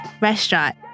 restaurant